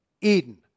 Eden